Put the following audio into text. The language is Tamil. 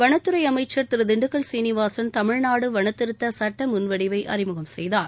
வனத்துறை அமைச்சா் திரு திண்டுக்கல் சீனிவாசன் தமிழ்நாடு வனத்திருத்த சுட்ட முன் வடிவை அறிமுகம் செய்தார்